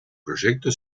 proyecto